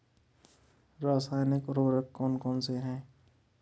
रासायनिक उर्वरक कौन कौनसे हैं?